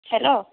hello